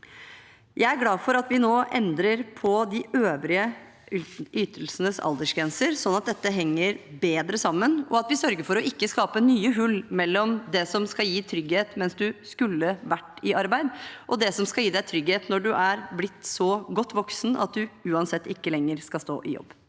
Jeg er glad for at vi nå endrer på de øvrige ytelsenes aldersgrenser, slik at dette henger bedre sammen, og at vi sørger for å ikke skape nye hull mellom det som skal gi trygghet mens du skulle vært i arbeid, og det som skal gi deg trygghet når du er blitt så godt voksen at du uansett ikke lenger skal stå i jobb.